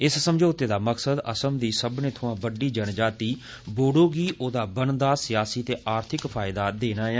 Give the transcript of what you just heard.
इस समझौते दा मकसद असम दी सब्बनें सोयां बड्डी जनजाति बोडो गी बनकदा सियासी ते आर्थिक फायदा पजाना ऐ